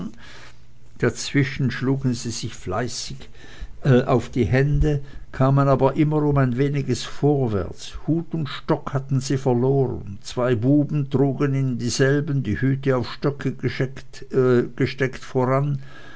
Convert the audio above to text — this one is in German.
dazwischen schlugen sie sich fleißig auf die hände kamen aber immer um ein weniges vorwärts hut und stock hatten sie verloren zwei buben trugen dieselben die hüte auf die stöcke gesteckt voran